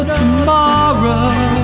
tomorrow